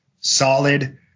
solid